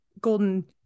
golden